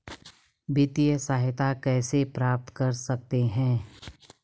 वित्तिय सहायता कैसे प्राप्त कर सकते हैं?